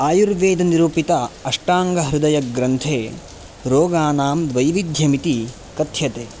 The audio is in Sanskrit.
आयुर्वेदनिरूपित अष्टाङ्गहृदयग्रन्थे रोगाणां वैविद्ध्यमिति कथ्यते